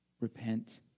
repent